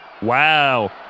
Wow